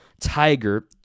Tiger